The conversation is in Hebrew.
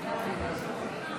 בבקשה.